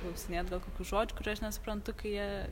klausinėt gal kokių žodžių kurių aš nesuprantu kai jie